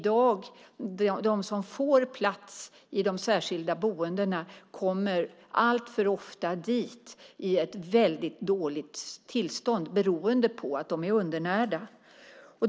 De som får plats i de särskilda boendena kommer alltför ofta dit i ett väldigt dåligt tillstånd beroende på att de är undernärda.